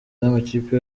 n’amakipe